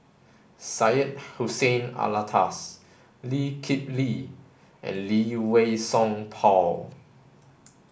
Syed Hussein Alatas Lee Kip Lee and Lee Wei Song Paul